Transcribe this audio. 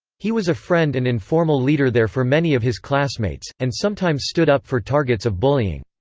he was a friend and informal leader there for many of his classmates, and sometimes stood up for targets of bullying.